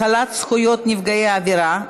החלת זכויות נפגעי עבירה),